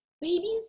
babies